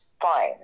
fine